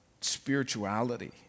spirituality